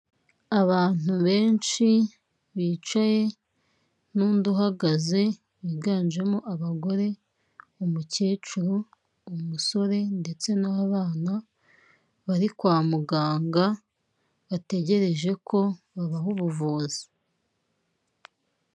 Mu ihema ritatseho ibitambaro bifite amabara y'ibendera ry'u Rwanda, hicayemo abagabo n'abagore bigaragara ko hari inama barimo cyangwa inteko runaka.